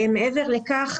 מעבר לכך,